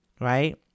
right